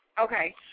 Okay